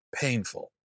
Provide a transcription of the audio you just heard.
painful